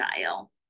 style